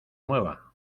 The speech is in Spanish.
mueva